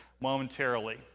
momentarily